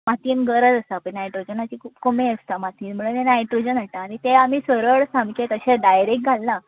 मातयेन गरज आसता पळय नायट्रोजनाची खूब गरज आसता पळय नायट्रोजनाची खूब कमी आसता म्हणून आमी नायट्रोजन हाडटा ते आमी सरळ सामके तशे डायरेक्ट घालना